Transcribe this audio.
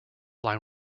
line